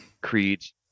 creeds